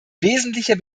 wesentlicher